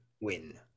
win